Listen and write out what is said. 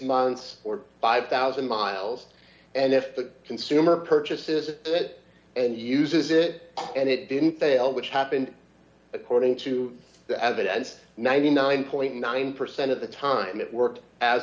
months or five thousand miles and if the consumer purchases it and uses it and it didn't fail which happened according to the evidence ninety nine nine percent of the time it worked as